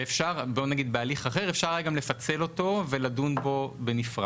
בוא נגיד שגם בהליך אחר אפשר היה גם לפצל אות ולדון בו בנפרד.